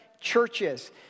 churches